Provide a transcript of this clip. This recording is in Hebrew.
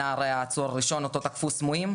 הנער היה העצור הראשון, אותו תקפו סמויים.